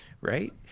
right